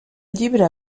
llibre